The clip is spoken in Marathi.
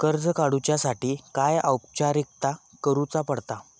कर्ज काडुच्यासाठी काय औपचारिकता करुचा पडता?